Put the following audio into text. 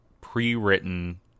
pre-written